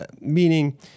meaning